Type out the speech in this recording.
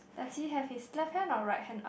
does he have his left hand or right hand up